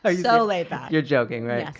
ah yeah so laid back. you're joking right?